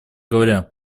говоря